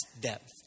depth